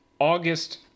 August